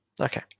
Okay